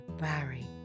Barry